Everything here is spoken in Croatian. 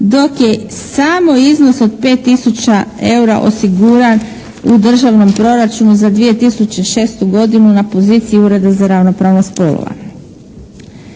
dok je samo iznos od 5000 eura osiguran u državnom proračunu za 2006. godinu na poziciji Ureda